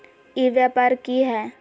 ई व्यापार की हाय?